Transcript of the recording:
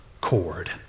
cord